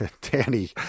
Danny